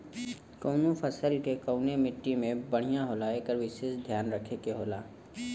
कउनो फसल के कउने मट्टी में बढ़िया होला एकर विसेस धियान रखे के होला